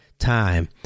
Time